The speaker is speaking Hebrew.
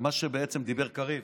מה שבעצם דיבר קריב,